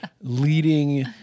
leading